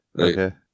Okay